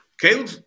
Caleb